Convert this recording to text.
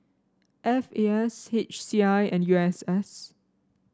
F A S H C I and U S S